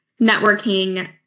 networking